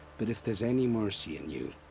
but if there's any mercy in you.